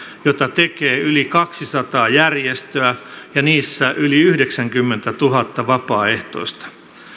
jota tekee yli kaksisataa järjestöä ja niissä yli yhdeksänkymmentätuhatta vapaaehtoista